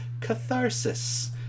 catharsis